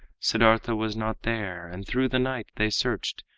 siddartha was not there and through the night they searched,